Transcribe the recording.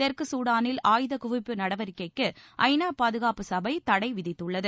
தெற்கு சூடானில் ஆயுதக் குவிப்பு நடவடிக்கைக்கு ஐநா பாதுகாப்புச் சபை தடை விதித்துள்ளது